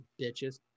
bitches